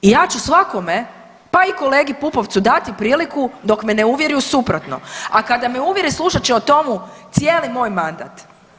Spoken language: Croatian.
I ja ću svakome pa i kolegi Pupovcu dati priliku dok me ne uvjeri u suprotno a kada me uvjeri, slušat će o tomu cijeli moj mandat.